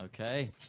Okay